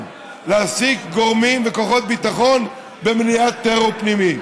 להעסיק גורמים וכוחות ביטחון במניעת טרור פנימי.